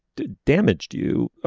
damaged you.